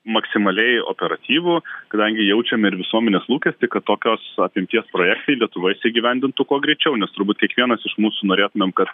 maksimaliai operatyvų kadangi jaučiam ir visuomenės lūkestį kad tokios apimties projektai lietuvoj įgyvendintų kuo greičiau nes turbūt kiekvienas iš mūsų norėtumėm kad